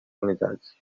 unitats